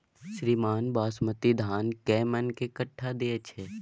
श्रीमान बासमती धान कैए मअन के कट्ठा दैय छैय?